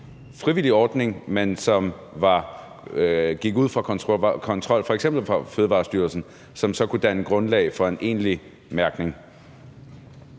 frivillig ordning, men som gik ud fra kontrol, f.eks. fra Fødevarestyrelsen, som så kunne danne grundlag for en egentlig mærkning.